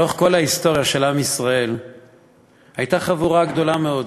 לאורך כל ההיסטוריה של עם ישראל הייתה חבורה גדולה מאוד